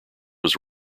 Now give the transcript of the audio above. was